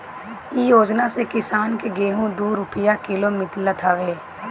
इ योजना से किसान के गेंहू दू रूपिया किलो मितल हवे